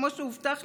כמו שהובטח,